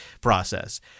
process